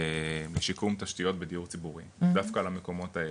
בשיקום תשתיות בדיור ציבורי, דווקא למקומות האלה,